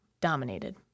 dominated